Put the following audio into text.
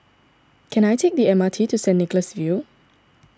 can I take the M R T to Saint Nicholas View